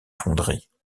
fonderies